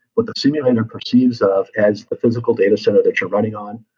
but the simulator perceives of as the physical data center that you're running on.